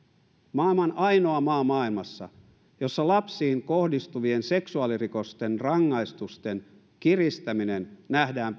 maailman ainoa maa maailmassa jossa lapsiin kohdistuvien seksuaalirikosten rangaistusten kiristäminen nähdään